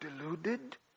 deluded